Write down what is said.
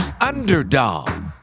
underdog